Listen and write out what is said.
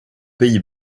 pays